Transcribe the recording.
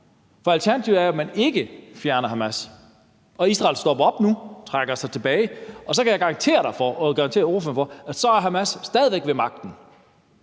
For alternativet er, at man ikke fjerner Hamas, og at Israel stopper op nu og trækker sig tilbage, og så kan jeg garantere ordføreren for, at så er Hamas stadig væk ved magten,